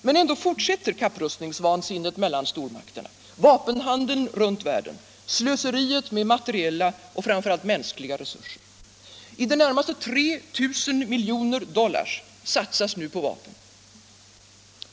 Men ändå fortsätter kapprustningsvansinnet mellan stormakterna, vapenhandeln runt världen, slöseriet med materiella och framför allt mänskliga resurser. I det närmaste 300 000 miljoner dollar satsas nu på vapen.